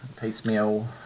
piecemeal